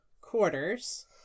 quarters